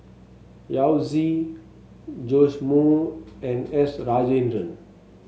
Yao Zi Joash Moo and S Rajendran